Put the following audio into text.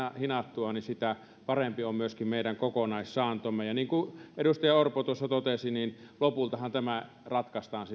hinattua niin sitä parempi on myöskin meidän kokonaissaantomme ja niin kuin edustaja orpo tuossa totesi lopultahan tämä ratkaistaan